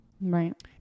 Right